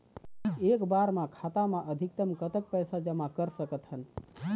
एक बार मा खाता मा अधिकतम कतक पैसा जमा कर सकथन?